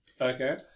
okay